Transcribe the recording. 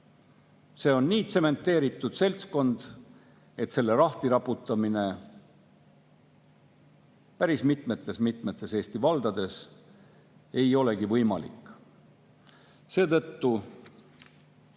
See on nii tsementeeritud seltskond, et selle lahtiraputamine päris mitmetes Eesti valdades ei olegi võimalik. Seetõttu